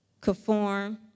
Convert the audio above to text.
conform